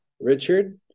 Richard